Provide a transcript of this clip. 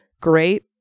great